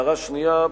הערה שנייה,